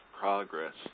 progress